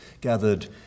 gathered